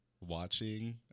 watching